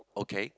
okay